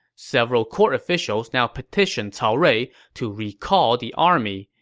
several court officials now petitioned cao rui to recall the army,